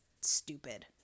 stupid